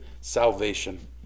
salvation